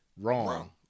wrong